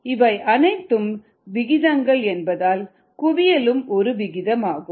இவை அனைத்தும் விகிதங்கள் என்பதால் குவியலும் ஒரு விகிதமாகும்